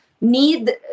need